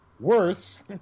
Worse